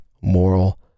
moral